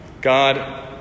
God